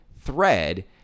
thread